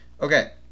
Okay